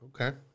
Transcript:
Okay